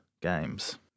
games